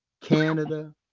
Canada